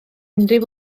unrhyw